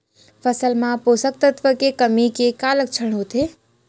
फसल मा पोसक तत्व के कमी के का लक्षण होथे?